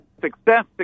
success